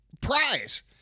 prize